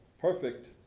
perfect